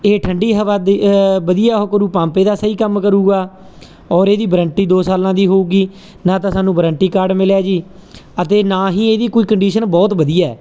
ਇਹ ਠੰਡੀ ਹਵਾ ਵਧੀਆ ਕਰੂ ਪੰਪ ਇਹਦਾ ਸਹੀ ਕੰਮ ਕਰੂਗਾ ਔਰ ਇਹਦੀ ਵਰੰਟੀ ਦੋ ਸਾਲਾਂ ਦੀ ਹੋਊਗੀ ਨਾ ਤਾਂ ਸਾਨੂੰ ਵਰੰਟੀ ਕਾਰਡ ਮਿਲਿਆ ਜੀ ਅਤੇ ਨਾ ਹੀ ਇਹਦੀ ਕੋਈ ਕੰਡੀਸ਼ਨ ਬਹੁਤ ਵਧੀਆ